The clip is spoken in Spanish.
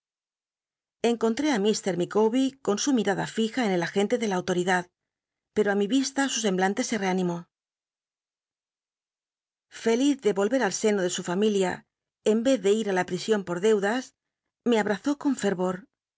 plura enconli'ó m micawbc con su miada fija en el agente de la autol'idad pero i mi l'ist a su semblante se eanimó ohc al seno de su familia en vez de feliz por y i i la pision por deudas me nbmzó con